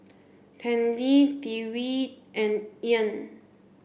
Tandy Dewitt and Ean